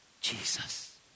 Jesus